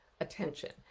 attention